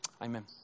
Amen